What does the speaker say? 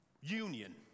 union